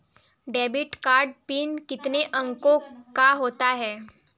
Debit card pin कितने अंकों का होता है?